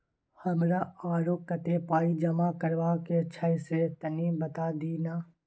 हमरा आरो कत्ते पाई जमा करबा के छै से तनी बता दिय न?